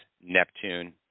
Neptune